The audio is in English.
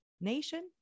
nation